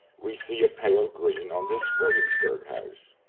we see a pale green on this williamsburg house.